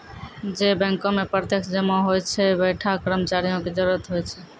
जै बैंको मे प्रत्यक्ष जमा होय छै वैंठा कर्मचारियो के जरुरत होय छै